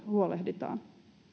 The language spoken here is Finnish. huolehditaan